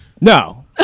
No